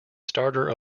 starter